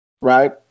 Right